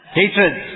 hatred